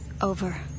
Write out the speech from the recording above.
Over